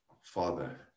Father